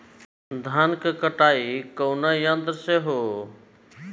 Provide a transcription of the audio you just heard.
धान क कटाई कउना यंत्र से हो?